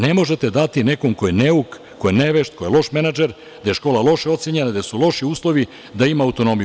Ne možete dati nekom ko je neuk, ko je nevešt, ko je loš menadžer, gde je škola loše ocenjena, gde su loši uslovi, da ima autonomiju.